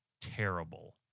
terrible